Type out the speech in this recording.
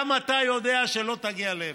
גם אתה יודע שלא תגיע לאפס.